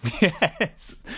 yes